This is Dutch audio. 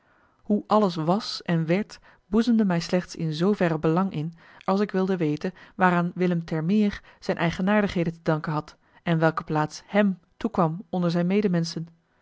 hoe alles was en werd boezemde mij slechts in zooverre belang in als ik wilde weten waaraan willem termeer zijn eigenaardigheden te danken had en welke plaats hem toekwam onder zijn